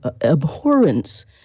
abhorrence